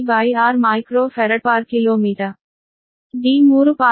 d 3